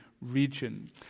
region